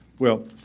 well,